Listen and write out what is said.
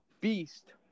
beast